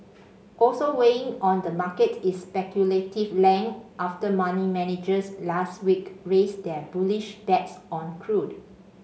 also weighing on the market is speculative length after money managers last week raised their bullish bets on crude